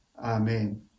Amen